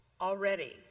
already